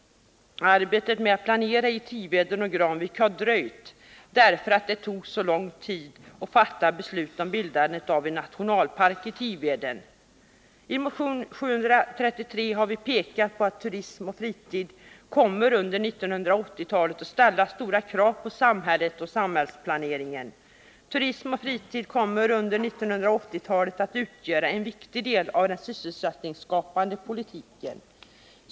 Arbetet med att planera i Tiveden och Granvik har dröjt på grund av att det tog så lång tid att fatta beslut om bildandet av en nationalpark i Tiveden. I motion 733 har vi pekat på att turism och fritid under 1980-talet kommer att ställa stora krav på samhället och samhällsplaneringen. Turism och fritid kommer under 1980-talet att utgöra en viktig del av den sysselsättningsskapande politiken.